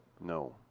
No